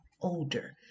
older